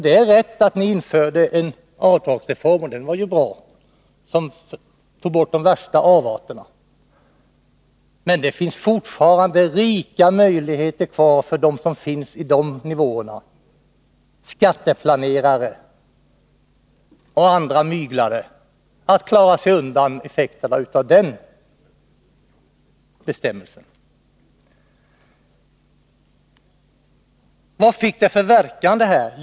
Det är riktigt att ni införde en avdragsreform som tog bort de värsta avarterna, och det var ju bra. Men det finns fortfarande rika möjligheter kvar för dem som finns på de nivåerna — skatteplanerare och andra myglare — att klara sig undan effekterna av den bestämmelsen. Vad fick detta för verkan?